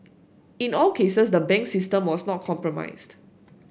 in all cases the banks system was not compromised